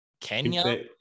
Kenya